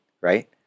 right